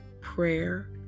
Prayer